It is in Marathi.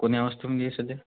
कोण्या घे सध्या